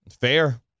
Fair